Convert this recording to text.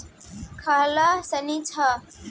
काल्ह सनीचर ह